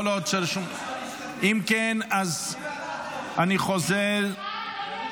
כל עוד רשום משהו אחר --- ועדת חוץ וביטחון.